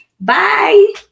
bye